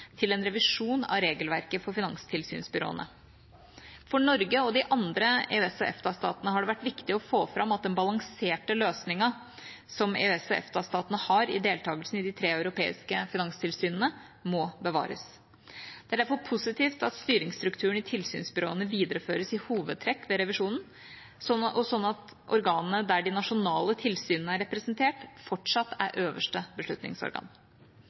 til en revisjon av regelverket for finanstilsynsbyråene. For Norge og de andre EØS/EFTA-statene har det vært viktig å få fram at den balanserte løsningen som EØS/EFTA-statene har i deltakelsen i de tre europeiske finanstilsynene, må bevares. Det er derfor positivt at styringsstrukturen i tilsynsbyråene videreføres i hovedtrekk ved revisjonen, og sånn at organet der de nasjonale tilsynene er representert, fortsatt er øverste beslutningsorgan.